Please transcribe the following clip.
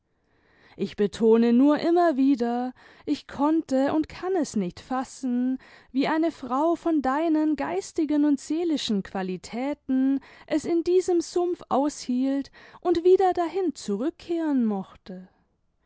ich betone nur immer wieder ich konnte und kann es nicht fassen wie eine frau von deinen geistigen und seelischen qualitäten es in diesem sumpf aushielt und wieder dahin zurückkehren mochte